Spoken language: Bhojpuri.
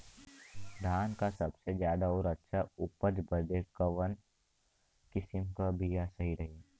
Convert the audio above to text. धान क सबसे ज्यादा और अच्छा उपज बदे कवन किसीम क बिया सही रही?